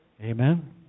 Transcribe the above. Amen